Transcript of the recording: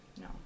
no